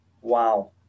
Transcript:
Wow